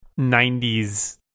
90s